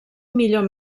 millor